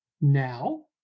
Now